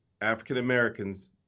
African-Americans